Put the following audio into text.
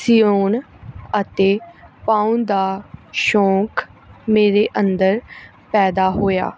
ਸਿਉਣ ਅਤੇ ਪਾਉਣ ਦਾ ਸ਼ੌਂਕ ਮੇਰੇ ਅੰਦਰ ਪੈਦਾ ਹੋਇਆ